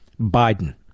Biden